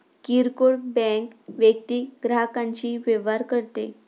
किरकोळ बँक वैयक्तिक ग्राहकांशी व्यवहार करते